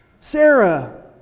Sarah